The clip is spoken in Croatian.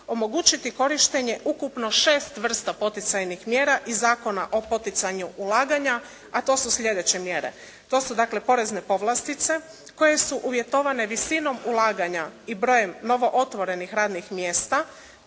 omogućiti korištenje ukupno 6 vrsta poticajnih mjera iz Zakona o poticanju ulaganja, a to su sljedeće mjere. To su dakle porezne povlastice koje su uvjetovane visinom ulaganja i brojem novootvorenih radnih mjesta,